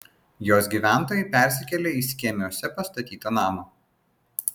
jos gyventojai persikėlė į skėmiuose pastatytą namą